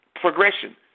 progression